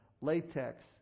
latex